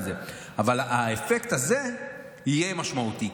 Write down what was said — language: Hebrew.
אבל האפקט הזה יהיה משמעותי,